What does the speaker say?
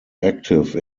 active